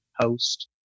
host